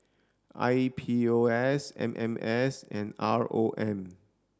I P O S M M S and R O M